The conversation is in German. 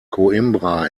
coimbra